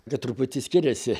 bet truputį skiriasi